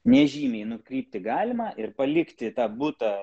nežymiai nukrypti galima ir palikti tą butą